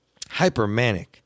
Hypermanic